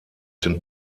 den